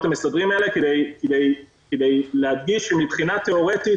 המסדרים האלה כדי להדגיש שמבחינה תיאורטית